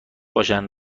باشن